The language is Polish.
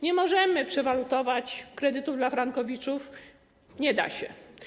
Nie możemy przewalutować kredytów dla frankowiczów - nie da się.